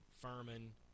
Furman